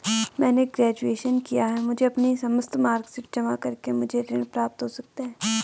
मैंने ग्रेजुएशन किया है मुझे अपनी समस्त मार्कशीट जमा करके मुझे ऋण प्राप्त हो सकता है?